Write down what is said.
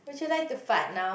would you like to fart now